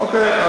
אוקיי.